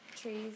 trees